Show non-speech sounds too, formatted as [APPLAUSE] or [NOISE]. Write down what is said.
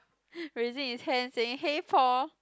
[BREATH] raising his hand saying hey Paul